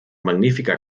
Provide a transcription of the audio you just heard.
magnífica